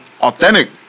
authentic